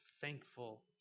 thankful